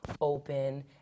open